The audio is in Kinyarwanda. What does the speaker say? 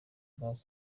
back